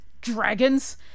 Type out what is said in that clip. dragons